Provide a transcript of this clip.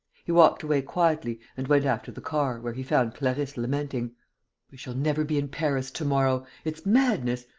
he walked away quietly and went after the car, where he found clarisse lamenting we shall never be in paris to-morrow! it's madness!